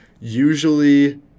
usually